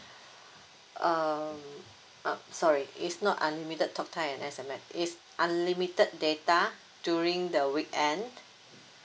um uh sorry it's not unlimited talk time and S_M_S is unlimited data during the weekend